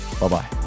Bye-bye